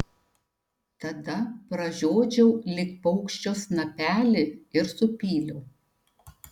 tada pražiodžiau lyg paukščio snapelį ir supyliau